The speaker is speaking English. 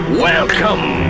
welcome